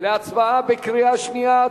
להצבעה בקריאה שנייה.